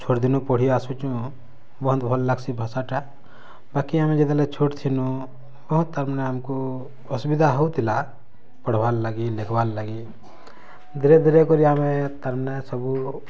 ଛୋଟ୍ ଦିନୁ ପଢ଼ି ଆସୁଛୁଁ ବହୁତ୍ ଭଲ୍ ଲାଗ୍ସି ଭାଷାଟା ବାକି ଆମେ ଯେତେବଲେ ଛୋଟ୍ ଥିନୁଁ ବହୁତ୍ ତାମାନେ ଆମ୍କୁ ଅସୁବିଧା ହଉଥିଲା ପଡ଼୍ବାର୍ ଲାଗି ଲେଖ୍ବାର୍ ଲାଗି ଧୀରେ ଧୀରେ କରି ଆମେ ତାମନେ ସବୁ